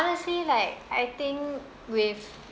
honestly like I think with